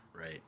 Right